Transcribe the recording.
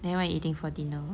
then what you eating for dinner